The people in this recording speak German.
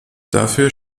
dafür